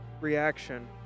Reaction